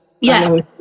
Yes